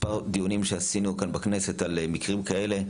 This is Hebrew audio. מספר דיונים שעשינו כאן בכנסת על מקרים כאלה,